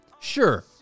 sure